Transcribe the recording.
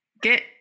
get